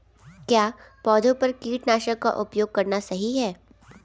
क्या पौधों पर कीटनाशक का उपयोग करना सही है?